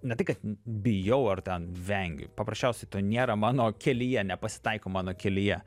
ne tai kad bijau ar ten vengiu paprasčiausiai to nėra mano kelyje nepasitaiko mano kelyje